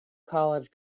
college